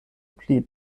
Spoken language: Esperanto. pli